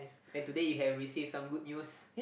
then today you have receive some good news